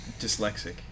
Dyslexic